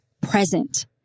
present